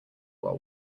while